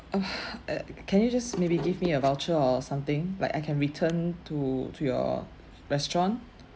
uh can you just maybe give me a voucher or something like I can return to to your restaurant